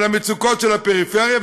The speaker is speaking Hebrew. על המצוקות של הפריפריה,